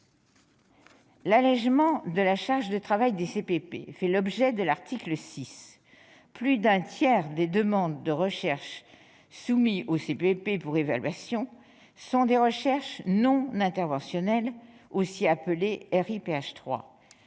L'allégement de la charge de travail des CPP fait l'objet de l'article 6. Plus d'un tiers des demandes de recherche soumis aux CPP pour évaluation sont des recherches non interventionnelles. Il s'agit de la